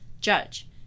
Judge